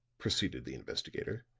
proceeded the investigator.